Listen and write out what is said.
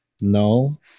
No